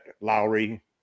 Lowry